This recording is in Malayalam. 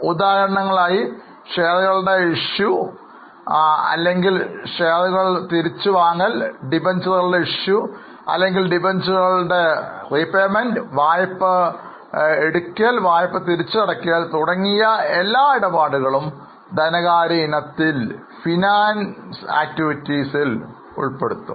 ഉദാഹരണങ്ങളായി ഷെയറുകളുടെ ഇഷ്യു അല്ലെങ്കിൽ ഷെയറുകൾ തിരിച്ചു വാങ്ങൽ ഡിബഞ്ചറുകളുടെ ഇഷ്യു അല്ലെങ്കിൽ ഡിബഞ്ചറുകളുടെ വീണ്ടെടുക്കൽ വായ്പ എടുക്കാൻ വായ്പാ തിരിച്ചടക്കൽ ഈ ഇടപാടുകളെല്ലാം ധനകാര്യ ഇനത്തിൽ ആയിരിക്കും